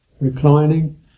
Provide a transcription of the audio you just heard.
Reclining